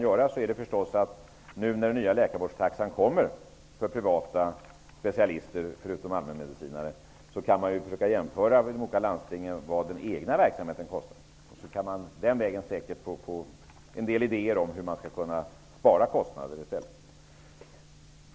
När den nya läkarvårdstaxan införs för privata specialister, förutom allmänmedicinare, kan de olika landstingen jämföra med vad den egna verksamheten kostar. På den vägen går det säkert att få idéer om hur kostnader kan sparas in.